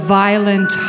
violent